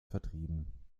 vertrieben